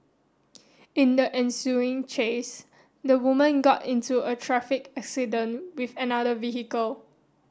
in the ensuing chase the woman got into a traffic accident with another vehicle